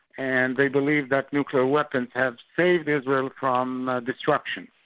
and they believe that nuclear weapons have saved israel from destruction.